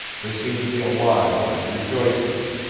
they seem to be alive and rejoicing,